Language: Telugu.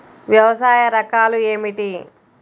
వ్యవసాయ రకాలు ఏమిటి?